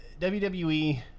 WWE